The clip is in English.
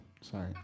sorry